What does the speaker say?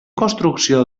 construcció